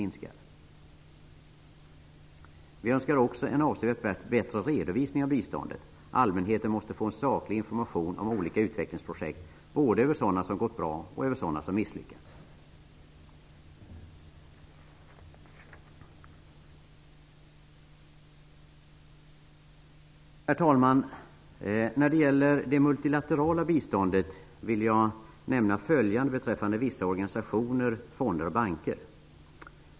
Vi önskar också en avsevärt bättre redovisning av biståndet. Allmänheten måste få en saklig information om olika utvecklingsprojekt -- både över sådana som gått bra och över sådana som misslyckats. Herr talman! När det gäller det multilaterala biståndet vill jag nämna följande beträffande vissa organisationer, fonder och banker.